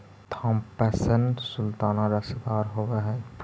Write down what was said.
Thompson sultana रसदार होब हई